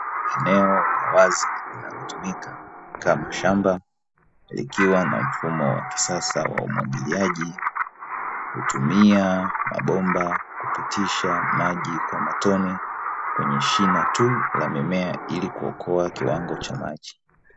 Eneo la wazi linalotumika kama shamba likiwa na mfumo wa kisasa wa umwagiliaji. Hutumia mabomba kupitisha maji kwa matone kwenye shina tu la mimea ili kuokoa kiwango cha maji.